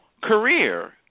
career